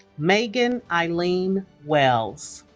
megan eileen wells